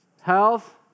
Health